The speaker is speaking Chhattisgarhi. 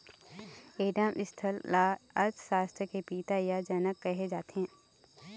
एडम स्मिथ ल अर्थसास्त्र के पिता य जनक कहे जाथे